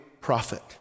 prophet